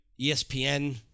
ESPN